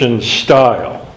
style